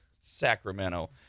Sacramento